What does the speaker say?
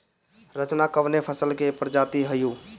रचना कवने फसल के प्रजाति हयुए?